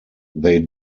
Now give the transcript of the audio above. they